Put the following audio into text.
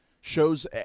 Shows